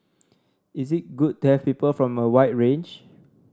is it good to have people from a wide range